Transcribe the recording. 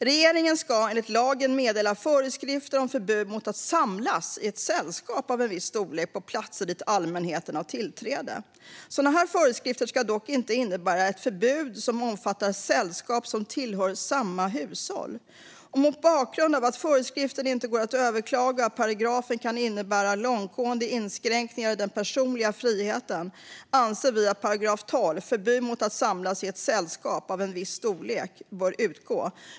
Regeringen ska enligt lagen meddela föreskrifter om förbud mot att samlas i ett sällskap av en viss storlek på platser dit allmänheten har tillträde. Sådana föreskrifter ska dock inte innebära ett förbud som omfattar sällskap som tillhör samma hushåll. Mot bakgrund av att föreskriften inte går att överklaga och att paragrafen kan innebära långtgående inskränkningar i den personliga friheten anser vi att 12 § om förbud mot att samlas i ett sällskap av en viss storlek bör utgå.